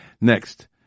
Next